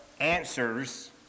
answers